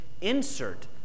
insert